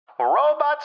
Robots